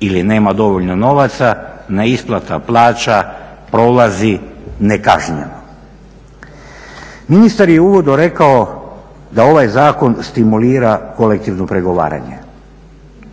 ili nema dovoljno novaca neisplata plaća prolazi nekažnjeno. Ministar je u uvodu rekao da ovaj zakon stimulira kolektivno pregovaranje.